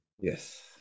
yes